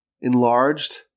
enlarged